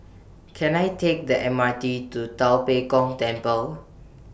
Can I Take The M R T to Tua Pek Kong Temple